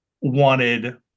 wanted